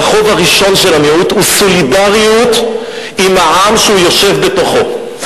והחובה הראשונה של המיעוט הוא סולידריות עם העם שהוא יושב בתוכו.